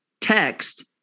text